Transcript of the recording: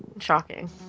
Shocking